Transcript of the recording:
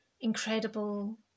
incredible